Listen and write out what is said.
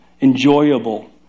enjoyable